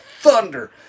thunder